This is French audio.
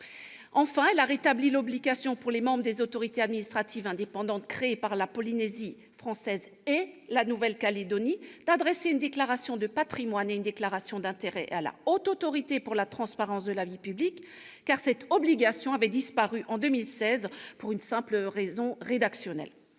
enfin, elle a rétabli l'obligation pour les membres des autorités administratives indépendantes créées par la Polynésie française et la Nouvelle-Calédonie d'adresser une déclaration de patrimoine et une déclaration d'intérêts à la Haute Autorité pour la transparence de la vie publique, car cette obligation avait disparu en 2016, pour une simple raison rédactionnelle.